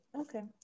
okay